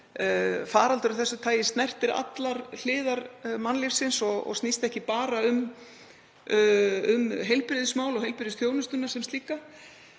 faraldur af þessu tagi snertir allar hliðar mannlífsins og snýst ekki bara um heilbrigðismál og heilbrigðisþjónustuna sem slíka.